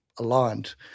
aligned